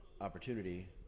opportunity